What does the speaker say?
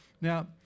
Now